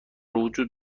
وجود